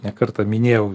ne kartą minėjau